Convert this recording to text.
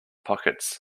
pockets